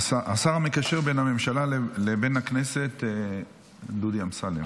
השר המקשר בין הממשלה לבין הכנסת דודי אמסלם,